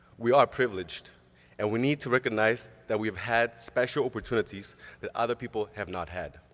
we are privileged and we need to recognize that we've had special opportunities that other people have not had.